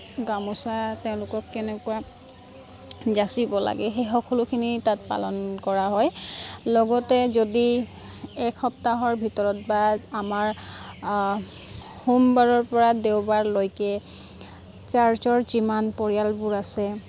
গামোচা তেওঁলোকক কেনেকুৱা যাচিব লাগে সেই সকলোখিনি তাত পালন কৰা হয় লগতে যদি এসপ্তাহৰ ভিতৰত বা আমাৰ সোমবাৰৰ পৰা দেওবাৰৰলৈকে চাৰ্চৰ যিমান পৰিয়ালবোৰ আছে